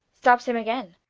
stabs him againe.